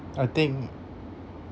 I think